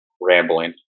rambling